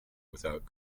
without